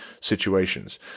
situations